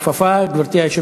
זה הזמן להרים את הכפפה, גברתי.